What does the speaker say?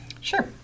Sure